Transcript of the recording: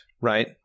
right